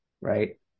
right